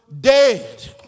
dead